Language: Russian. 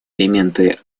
элементы